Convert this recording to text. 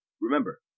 Remember